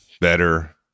better